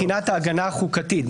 משאירה מבחינת ההגנה החוקתית.